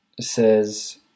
says